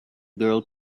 girl